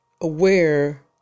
aware